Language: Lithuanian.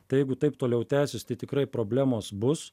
tai jeigu taip toliau tęsis tai tikrai problemos bus